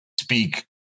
speak